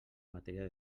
matèria